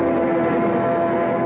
or